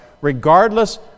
Regardless